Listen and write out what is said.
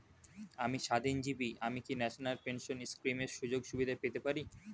আমি স্বাধীনজীবী আমি কি ন্যাশনাল পেনশন স্কিমের সুযোগ সুবিধা পেতে পারি?